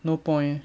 no point